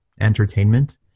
entertainment